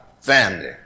Family